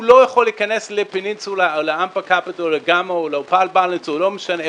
הוא לא יכול להיכנס ל"פנינסולה" או ל"גמא" או ל"אופל בלאנס" או לא משנה,